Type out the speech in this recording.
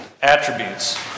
attributes